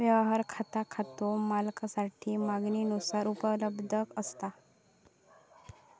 व्यवहार खाता खातो मालकासाठी मागणीनुसार उपलब्ध असता